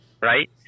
Right